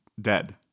dead